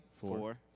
Four